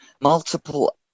multiple